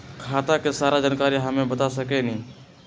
खाता के सारा जानकारी हमे बता सकेनी?